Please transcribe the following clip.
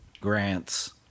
grants